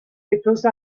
because